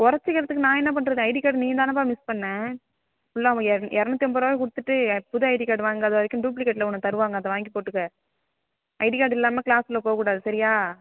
குறச்சிக்கறதுக்கு நான் என்ன பண்ணுறது ஐடி கார்ட் நீ தானப்பா மிஸ் பண்ண ஃபுல்லாக இரநூத்தி ஐம்பதுரூவாவும் கொடுத்துட்டு புது ஐடி கார்டு வாங்குற வரைக்கும் டூப்ளிகேட்டில் ஒன்று தருவாங்க அதை வாங்கி போட்டுக்க ஐடி கார்டு இல்லாமல் கிளாஸ் உள்ள போகக்கூடாது சரியா